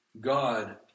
God